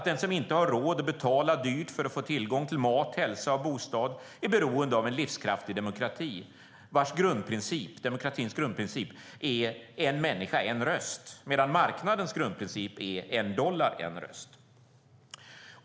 Den som inte har råd att betala dyrt för att få tillgång till mat, hälsa och bostad är beroende av en livskraftig demokrati vars grundprincip är en människa, en röst medan marknadens grundprincip är en dollar, en röst.